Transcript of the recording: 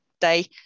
day